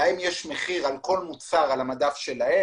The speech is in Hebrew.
להם יש מחיר על כל מוצר על המדף שלהם.